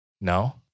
No